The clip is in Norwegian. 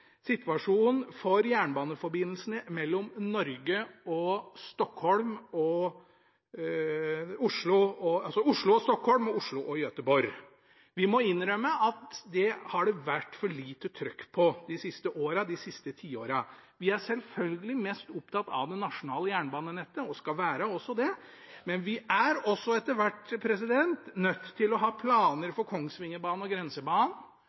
har det vært for lite trøkk på de siste åra – de siste tiåra. Vi er selvfølgelig mest opptatt av det nasjonale jernbanenettet – og skal også være det – men vi er etter hvert nødt til å ha planer for Kongsvingerbanen, Grensebanen